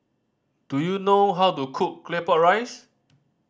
do you know how to cook Claypot Rice